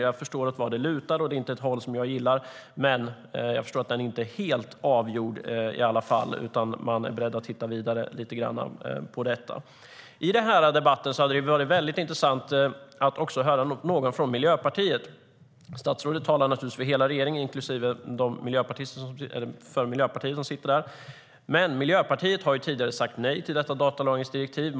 Jag förstår vartåt det lutar, och det är inte ett håll som jag gillar, men jag förstår att frågan inte är helt avgjord utan att man är beredd att titta vidare på detta lite grann.I den här debatten hade det varit mycket intressant att höra någon även från Miljöpartiet. Statsrådet talar naturligtvis för hela regeringen inklusive de miljöpartister som sitter där. Men Miljöpartiet har tidigare sagt nej till detta datalagringsdirektiv.